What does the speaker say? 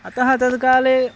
अतः तत् काले